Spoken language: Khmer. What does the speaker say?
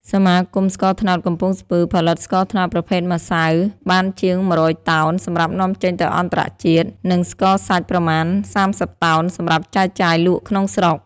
សមាគមស្ករត្នោតកំពង់ស្ពឺ ផលិតស្ករត្នោតប្រភេទម្យៅបានជាង១០០តោន សម្រាប់នាំចេញទៅអន្តរជាតិ និងស្ករសាច់ប្រមាណ៣០តោន សម្រាប់ចែកចាយលក់ក្នុងស្រុក។